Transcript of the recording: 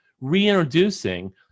reintroducing